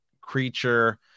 creature